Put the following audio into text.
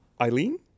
Eileen